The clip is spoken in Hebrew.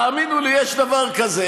תאמינו לי, יש דבר כזה.